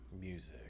Music